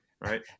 right